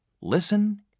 Listen